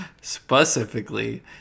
Specifically